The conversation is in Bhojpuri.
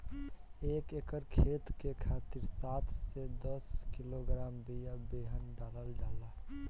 एक एकर खेत के खातिर सात से दस किलोग्राम बिया बेहन डालल जाला?